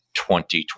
2020